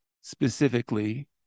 specifically